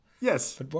Yes